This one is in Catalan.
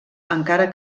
encara